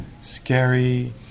scary